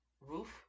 roof